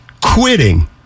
quitting